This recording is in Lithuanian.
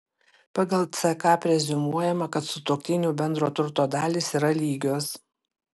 pagal ck preziumuojama kad sutuoktinių bendro turto dalys yra lygios